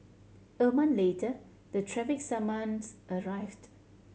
a month later the traffic summons arrived